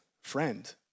friend